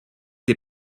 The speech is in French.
des